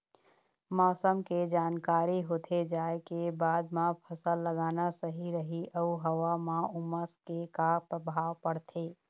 मौसम के जानकारी होथे जाए के बाद मा फसल लगाना सही रही अऊ हवा मा उमस के का परभाव पड़थे?